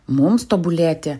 mums tobulėti